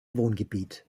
wohngebiet